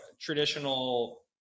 traditional